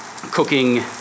cooking